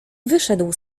wyszedł